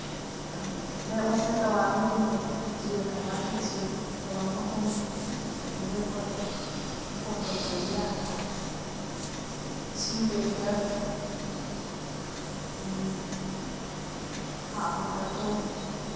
ꯂꯩꯔꯛ ꯃꯆꯤꯟꯗ ꯇꯥꯋꯔ ꯑꯃ ꯌꯨꯡꯕꯅꯤ ꯖꯤꯑꯣ ꯇꯥꯋꯥꯔꯗꯣ ꯖꯤꯑꯣ ꯇꯥꯋꯔ ꯃꯈꯣꯡꯗ ꯑꯗꯨꯝ ꯂꯦꯞꯄꯒ ꯑꯗꯨꯝ ꯐꯣꯟ ꯇꯧꯕꯤꯔꯛꯑꯁꯨ ꯌꯥꯅꯤꯕ ꯏꯁꯤꯡꯗꯨ ꯂꯤꯇꯔ ꯍꯥꯞ ꯕꯣꯇꯜꯗꯣ